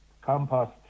compost